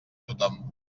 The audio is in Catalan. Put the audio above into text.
tothom